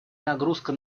нагрузка